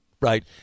Right